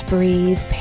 Breathe